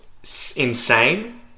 insane